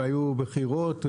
והיו בחירות,